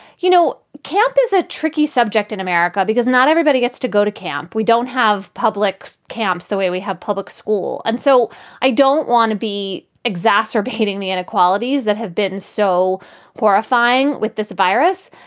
you know, camp is a tricky subject in america because not everybody gets to go to camp. we don't have public camps the way we have public school. and so i don't want to be exacerbating the inequalities that have been so horrifying with this virus.